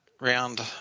round